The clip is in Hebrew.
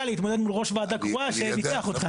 להתמודד מול ראש ועדה קרואה שניצח אותך.